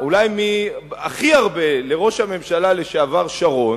אולי הכי הרבה לראש הממשלה לשעבר שרון